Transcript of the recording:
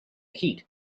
heat